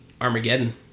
Armageddon